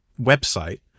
website